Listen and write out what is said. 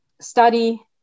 study